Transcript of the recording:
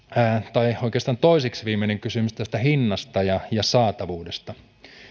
tai oikeastaan toiseksi viimeinen kysymys hinnasta ja ja saatavuudesta